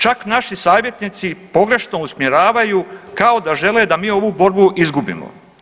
Čak naši savjetnici pogrešno usmjeravaju kao da žele da mi ovu borbu izgubimo.